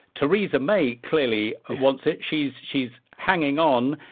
theresa may clearly ah wants it. she's she's hanging on.